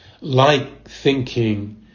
like-thinking